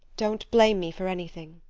don't blame me for anything.